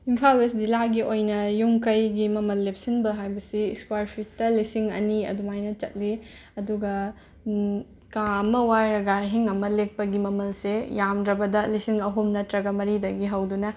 Imphal west ꯖꯤꯂꯥꯒꯤ ꯑꯣꯏꯅ ꯌꯨꯝ ꯀꯩꯒꯤ ꯃꯃꯜ ꯂꯦꯞꯁꯤꯟꯕ ꯍꯥꯏꯕꯁꯤ ꯏꯁꯀ꯭ꯋꯥꯔ ꯐꯤꯠꯇ ꯂꯤꯁꯤꯡ ꯑꯅꯤ ꯑꯗꯨꯃꯥꯏꯅ ꯆꯠꯂꯤ ꯑꯗꯨꯒ ꯀꯥ ꯑꯃ ꯋꯥꯏꯔꯒ ꯑꯍꯤꯡ ꯑꯃ ꯂꯦꯛꯄꯒꯤ ꯃꯃꯜꯁꯦ ꯌꯥꯝꯗ꯭ꯔꯕꯗ ꯂꯤꯁꯤꯡ ꯑꯍꯨꯝ ꯅꯠꯇ꯭ꯔꯒ ꯃꯔꯤꯗꯒꯤ ꯍꯧꯗꯨꯅ